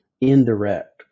indirect